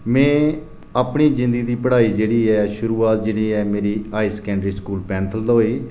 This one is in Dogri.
में अपनी जिंदगी दी पढ़ाई जेह्ड़ी ऐ शुरूआत जेह्ड़ी ऐ मेरी हायर सेकेंडरी स्कूल पैंथल दा होई